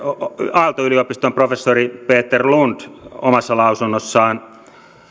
aalto yliopiston professori peter lund omassa lausunnossaan